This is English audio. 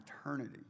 eternity